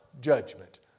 judgment